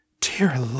Dear